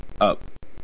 up